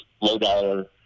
low-dollar